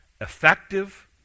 effective